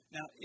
Now